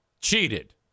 cheated